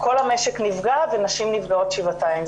כל המשק נפגע ונשים נפגעות שבעתיים.